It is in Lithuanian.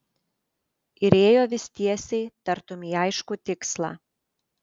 ir ėjo vis tiesiai tartum į aiškų tikslą